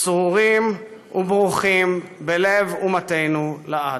צרורים וברוכים בלב אומתנו לעד.